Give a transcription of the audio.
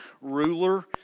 ruler